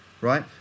right